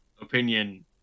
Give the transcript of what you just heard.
opinion